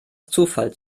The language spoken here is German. zufall